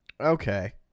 okay